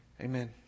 amen